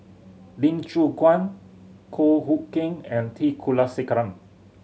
Lee Choon Guan Goh Hood Keng and T Kulasekaram